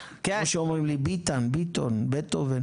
המצב באמת קטסטרופה בקטע הזה של הדיור הציבורי,